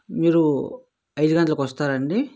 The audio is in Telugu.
మీరు ఐదు గంటలకు వస్తారా అండి